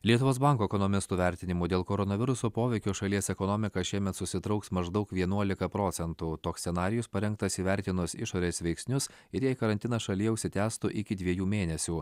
lietuvos banko ekonomistų vertinimu dėl koronaviruso poveikio šalies ekonomika šiemet susitrauks maždaug vienuolika procentų toks scenarijus parengtas įvertinus išorės veiksnius ir jei karantinas šalyje užsitęstų iki dviejų mėnesių